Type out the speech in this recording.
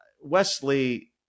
Wesley